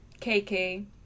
KK